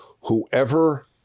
whoever